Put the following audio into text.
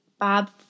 Bob